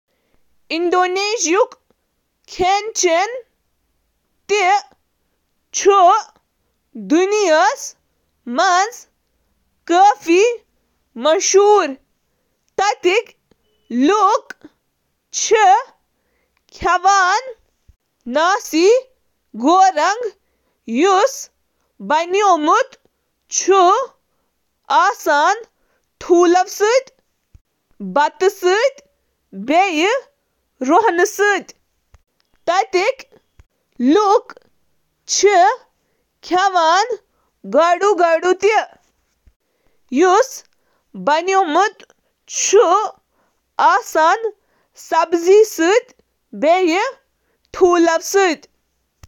Indonesian کھین چُھ اکثر پیچیدٕ ذائقہٕ ظٲہر کران، یُس کینٛہہ اجزاء تہٕ بمبو مصالحن ہنٛد مرکب سۭتۍ حٲصل چُھ یوان کرنہٕ۔ انڈونیشیائی پکنن منٛز چِھ بھرپور ذائقہٕ آسان۔ زیادٕ تر چُھ اکثر مزہٕ، گرم تہٕ مسالہٕ دار تہٕ بنیٲدی ذائقہٕ یتھ کٔنۍ زَن مٔدٕر، نمکین، کھٹہٕ تہٕ تلخ تہٕ امتزاج پٲٹھۍ بیان کرنہٕ یوان۔